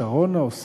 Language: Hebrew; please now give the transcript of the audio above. שׁרונה או שֹרונה,